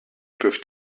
peuvent